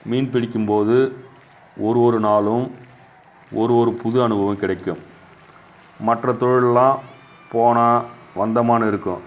மீன் பிடிக்கும்போது ஒரு ஒரு நாளும் ஒரு ஒரு புது அனுபவம் கிடைக்கும் மற்ற தொழிலெல்லாம் போனால் வந்தமான்னு இருக்கும்